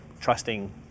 trusting